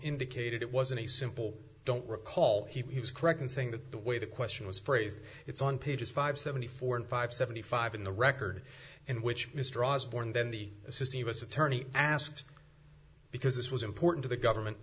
indicated it wasn't a simple don't recall he was correct in saying that the way the question was phrased it's on page five seventy four and five seventy five in the record in which mr osborne then the assistant us attorney asked because this was important to the government